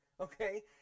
okay